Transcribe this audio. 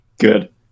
Good